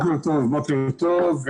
בוקר טוב.